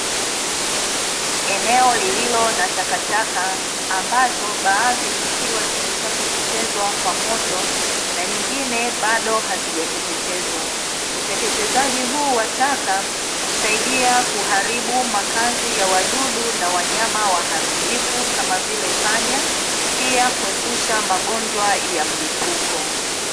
Eneo lililo na takataka ambazo baadhi zikiwa zimeshateketezwa kwa moto na nyingine bado hazijateketezwa. Uteketezaji huu wa taka husaidia kuharibu makazi ya wadudu na wanyama waharibifu kama vile panya, pia kuepusha magonjwa ya mlipuko.